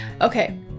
Okay